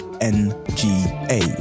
N-G-A